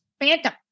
Phantom